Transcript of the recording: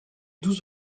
douze